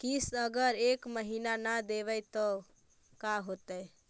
किस्त अगर एक महीना न देबै त का होतै?